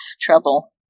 trouble